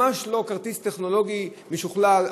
ממש לא כרטיס טכנולוגי משוכלל,